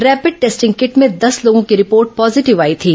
rapid testing kit में दस लोगों की रिपोर्ट पॉजीटिव आई थी